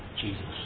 Jesus